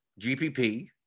GPP